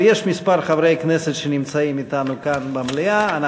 אבל יש כמה חברי כנסת שנמצאים אתנו כאן במליאה.